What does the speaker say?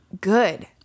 good